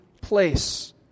place